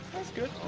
that's good.